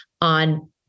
on